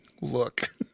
look